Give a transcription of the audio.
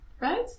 Right